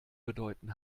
bedeuten